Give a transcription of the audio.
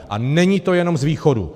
A není to jenom z východu.